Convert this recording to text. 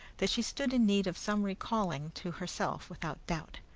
that she stood in need of some recalling to herself, without doubt.